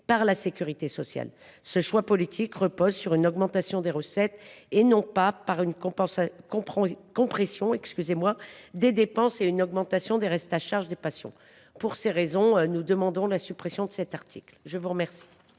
par la sécurité sociale. Ce choix politique suppose une augmentation des recettes et non une compression des dépenses et une augmentation du reste à charge pour les patients. Pour ces raisons, nous demandons la suppression de cet article. Quel